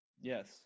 Yes